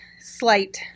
slight